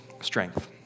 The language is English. strength